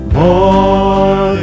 more